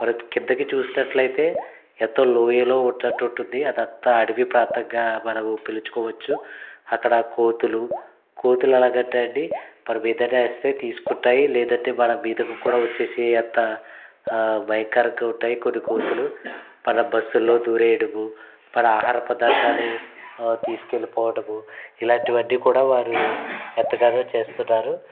మనం కిందకి చూసినట్లయితే ఎంతో లోయలో ఉన్నట్టు ఉంటుంది అది అంతా అడవి ప్రాంతంగా మనము పిలుచుకోవచ్చు అక్కడ కోతులు కోతులు ఎలాగంటేనండి మనము ఏదైనా ఇస్తే తీసుకుంటాయి లేదంటే మన మీద కూడా వచ్చేసి అంతా భయంకరంగా ఉంటాయి కొన్ని కోతులు మన బస్సుల్లో దూరేయడము మన ఆహార పదార్థాలు తీసుకెళ్ళి పోవడము ఇలాంటివన్నీ కూడా వారు ఎంతగానో చేస్తున్నారు